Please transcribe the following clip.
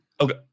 Okay